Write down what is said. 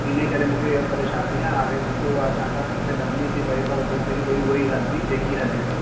इन करे मूंखे इहो परेशानी आहे हाणे मूंखे उहा अचानक मूंखे लभणी थी पए त हू चवनि था की भाई उहा ई हलंदी जेकी हले थी